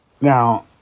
Now